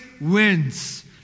wins